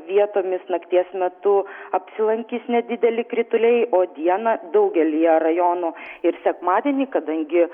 vietomis nakties metu apsilankys nedideli krituliai o dieną daugelyje rajonų ir sekmadienį kadangi